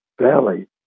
Valley